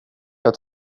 jag